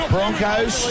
Broncos